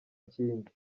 kindi